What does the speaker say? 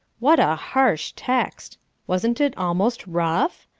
what a harsh text wasn't it almost rough?